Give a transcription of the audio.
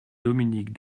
dominique